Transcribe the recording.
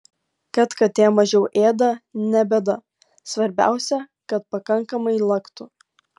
kad katė mažiau ėda ne bėda svarbiausia kad pakankamai laktų